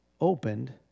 opened